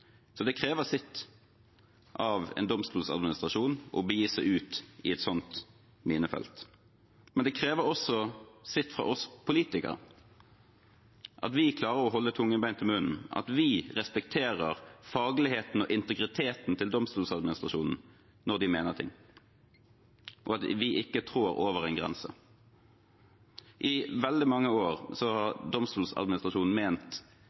så det krever sitt av en domstoladministrasjon å begi seg ut i et sånt minefelt. Men det krever også sitt av oss politikere – at vi klarer å holde tungen rett i munnen, at vi respekterer fagligheten og integriteten til Domstoladministrasjonen når de mener ting, og at vi ikke trår over en grense. I veldig mange år har Domstoladministrasjonen ment